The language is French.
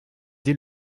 dès